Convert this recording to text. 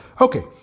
Okay